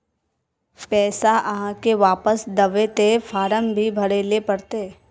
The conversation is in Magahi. पैसा आहाँ के वापस दबे ते फारम भी भरें ले पड़ते?